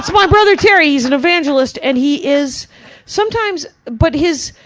so my brother, terry. he's an evangelist, and he is sometimes, but his,